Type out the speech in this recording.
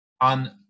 on